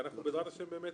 ואנחנו בעזרת השם באמת